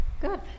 Good